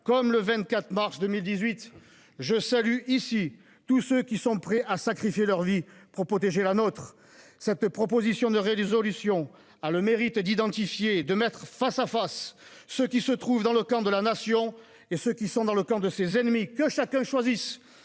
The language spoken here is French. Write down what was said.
Comme le 24 mars 2018, je salue ici tous ceux qui sont prêts à sacrifier leur vie pour protéger la nôtre. Cette proposition de résolution a le mérite d'identifier et de mettre face à face ceux qui se trouvent dans le camp de la Nation et ceux qui sont dans le camp de ses ennemis. Que chacun choisisse